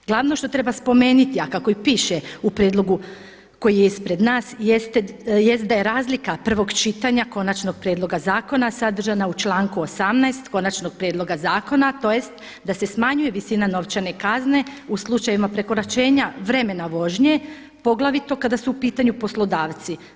Glavno što treba spomenuti, a kako i piše u prijedlogu koji je ispred nas jest da je razlika prvog čitanja končanog prijedloga zakona sadržaja u članku 18. konačnog prijedloga zakona tj. da se smanjuje visina novčane kazne u slučajevima prekoračenja vremena vožnje, poglavito kada su u pitanju poslodavci.